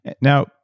Now